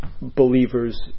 believers